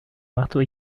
marteau